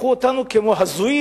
והפכו אותנו לכמו-הזויים,